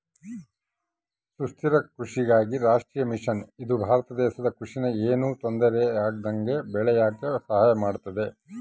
ಸುಸ್ಥಿರ ಕೃಷಿಗಾಗಿ ರಾಷ್ಟ್ರೀಯ ಮಿಷನ್ ಇದು ಭಾರತ ದೇಶದ ಕೃಷಿ ನ ಯೆನು ತೊಂದರೆ ಆಗ್ದಂಗ ಬೇಳಿಯಾಕ ಸಹಾಯ ಮಾಡುತ್ತ